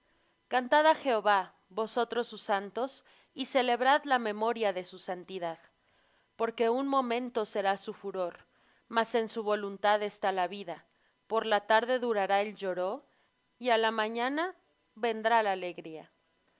á jehová vosotros sus santos y celebrad la memoria de su santidad porque un momento será su furor mas en su voluntad está la vida por la tarde durará el lloró y á la mañana vendrá la alegría